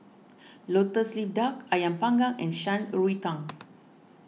Lotus Leaf Duck Ayam Panggang and Shan Rui Tang